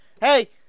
Hey